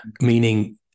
meaning